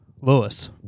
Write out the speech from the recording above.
Lewis